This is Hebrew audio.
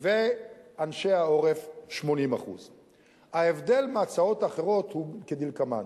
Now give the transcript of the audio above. ואנשי העורף, 80%. ההבדל מהצעות אחרות הוא כדלקמן: